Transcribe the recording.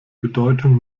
bedeutung